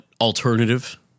alternative